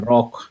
Rock